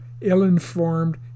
ill-informed